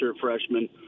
freshman